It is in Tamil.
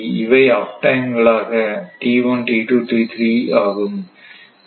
இவை அப் டைம் கள் t1 t2 t3 ஆகும்